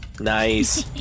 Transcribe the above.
Nice